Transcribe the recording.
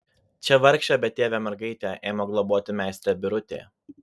čia vargšę betėvę mergaitę ėmė globoti meistrė birutė